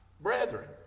brethren